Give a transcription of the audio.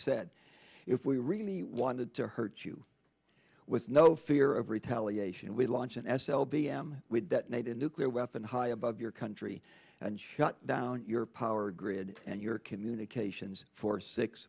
said if we really wanted to hurt you with no fear of retaliation we launched an s l b m with that made a nuclear weapon high above your country and shut down your power grid and your communications for six